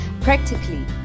practically